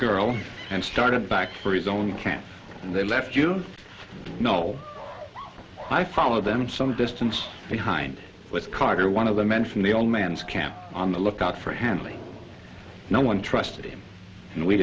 girl and started back for his own can't they left you know i followed them some distance behind with carter one of the men from the old man's camp on the lookout for hensley no one trusted him and we